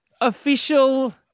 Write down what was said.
Official